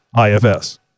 IFS